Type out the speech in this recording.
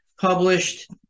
published